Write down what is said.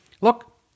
look